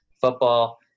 football